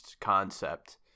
concept